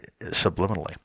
subliminally